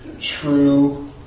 true